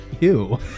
Ew